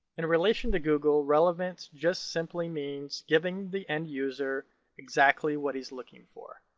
in relation to google, relevance just simply means giving the end user exactly what he's looking for.